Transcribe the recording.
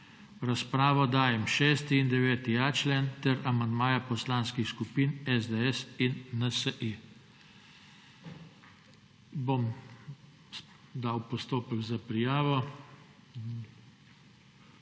razpravo dajem 6. in 9.a člen ter amandmaja poslanskih skupin SDS in NSi.